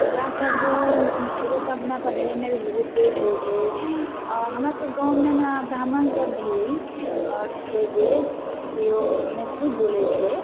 ओकरा सब ओ सब ने पढ़ैमे भी बहुत तेज होइ छै हमरा सबके गाँवमे ने ब्राह्मण सब भी छै जे कि ओ मेथिली बोलै छै